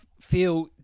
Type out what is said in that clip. feel